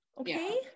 okay